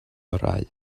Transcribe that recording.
orau